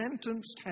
sentenced